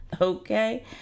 okay